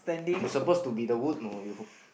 you suppose to be the wood know you